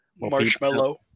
Marshmallow